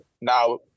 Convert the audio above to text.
now